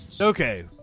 Okay